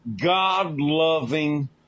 God-loving